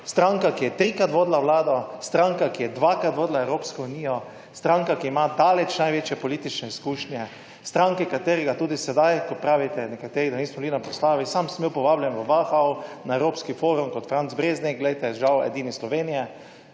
stranka, ki je trikrat vodila Vlado, stranka, ki je dvakrat vodila Evropsko unijo, stranka, ki ima daleč največje politične izkušnje, stranka, iz katere – ko pravite nekateri, da nismo bili na proslavi, sam sem bil povabljen v Wachau na Evropski forum kot Franc Breznik, žal edini iz Slovenije,